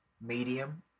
medium